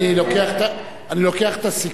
אני לוקח את הסיכון.